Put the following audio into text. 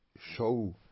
show